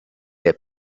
der